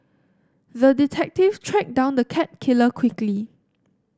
the detective tracked down the cat killer quickly